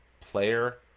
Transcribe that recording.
player